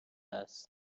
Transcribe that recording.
است